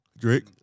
Drake